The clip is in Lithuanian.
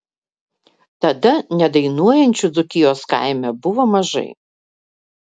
tada nedainuojančių dzūkijos kaime buvo mažai